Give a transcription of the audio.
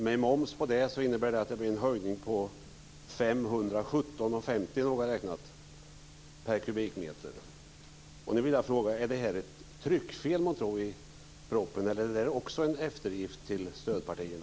Med moms innebär det att det blir en höjning med Nu vill jag fråga: Är det ett tryckfel i budgetpropositionen, måntro? Eller är det också en eftergift till stödpartierna?